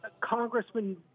Congressman